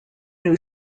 new